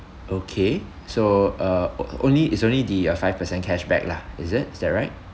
okay so uh o~ only it's only the uh five percent cashback lah is it is that right